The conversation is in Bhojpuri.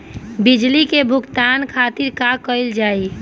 बिजली के भुगतान खातिर का कइल जाइ?